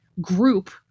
group